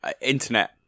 internet